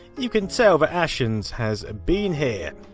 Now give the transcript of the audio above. you can tell but ashen's has been here.